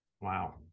wow